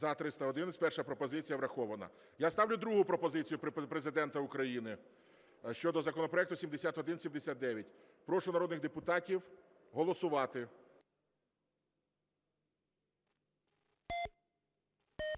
За-311 Перша пропозиція врахована. Я ставлю другу пропозицію Президента України щодо законопроекту 7179. Прошу народних депутатів голосувати.